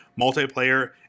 multiplayer